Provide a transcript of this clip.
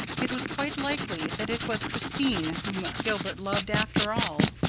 it was quite likely that it was christine whom gilbert loved after all.